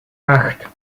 acht